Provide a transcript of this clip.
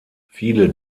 viele